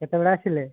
କେତେବେଳେ ଆସିଲେ